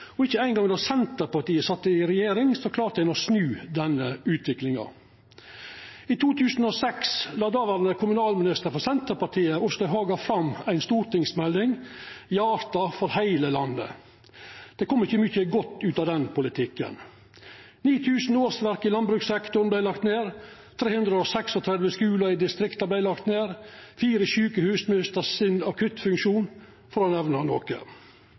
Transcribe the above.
og ikkje eingong då Senterpartiet sat i regjering, klarte ein å snu denne utviklinga. I 2006 la dåverande kommunalminister frå Senterpartiet, Åslaug Haga, fram ei stortingsmelding, «Hjarte for heile landet». Det kom ikkje mykje godt ut av den politikken: 9 000 årsverk i landbrukssektoren vart lagde ned, 336 skular i distrikta vart lagde ned, og 4 sjukehus mista sin akuttfunksjon, for å nemna noko.